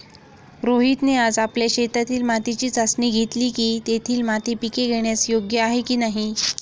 रोहितने आज आपल्या शेतातील मातीची चाचणी घेतली की, तेथील माती पिके घेण्यास योग्य आहे की नाही